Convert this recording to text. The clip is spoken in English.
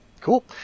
cool